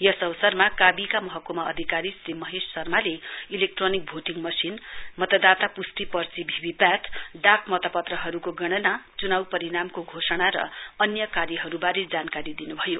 यस अवसरमा कावीका महकुमा अधिकारी श्री महेश शर्माले इलेक्ट्रोनिक भोटिङ मशिन मतदाता प्ष्टि पर्ची भीभीपेट डाक मतपत्रहरूको गणना च्नाउ परिणामको घोषणा र अन्य कार्यहरूबारे जानकारी दिन्भयो